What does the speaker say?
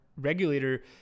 regulator